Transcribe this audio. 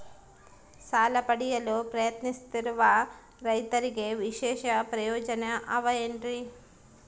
ಸಾಲ ಪಡೆಯಲು ಪ್ರಯತ್ನಿಸುತ್ತಿರುವ ರೈತರಿಗೆ ವಿಶೇಷ ಪ್ರಯೋಜನ ಅವ ಏನ್ರಿ?